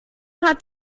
hat